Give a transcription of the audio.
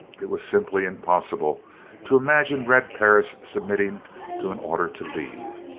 it was simply impossible to imagine red perris submitting to an order to leave.